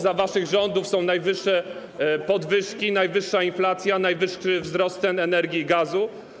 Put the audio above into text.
Za waszych rządów są największe podwyżki, najwyższa inflacja, największy wzrost cen energii i gazu.